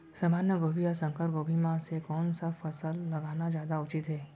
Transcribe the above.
सामान्य गोभी या संकर गोभी म से कोन स फसल लगाना जादा उचित हे?